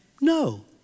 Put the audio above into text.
No